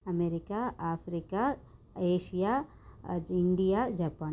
America Africa Asia India Japan